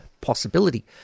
possibility